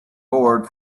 board